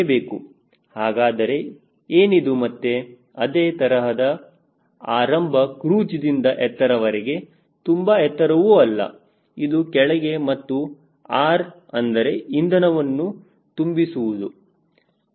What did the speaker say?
ಹಾಗಾದರೆ ಏನಿದು ಮತ್ತೆ ಅದೇ ತರಹದ ಆರಂಭ ಕ್ರೂಜ್ದಿಂದ ಎತ್ತರದವರೆಗೆ ತುಂಬಾ ಎತ್ತರವು ಅಲ್ಲ ಇದು ಕೆಳಗೆ ಮತ್ತು R ಅಂದರೆ ಇಂಧನವನ್ನು ತುಂಬಿಸುವುದು ಸರಿ